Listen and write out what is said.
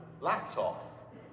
laptop